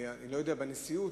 אני לא יודע בנשיאות,